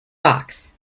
box